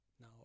Now